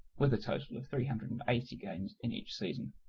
with a total of three hundred and eighty games in each season.